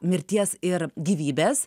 mirties ir gyvybės